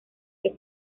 que